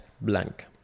blank